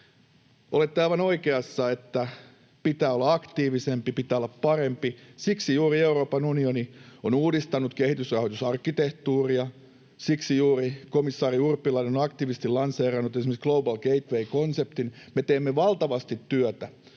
Olette aivan oikeassa, että pitää olla aktiivisempi, pitää olla parempi. Siksi juuri Euroopan unioni on uudistanut kehitysrahoitusarkkitehtuuria. Siksi juuri komissaari Urpilainen on aktiivisesti lanseerannut esimerkiksi Global Gateway ‑konseptin. Me teemme valtavasti työtä,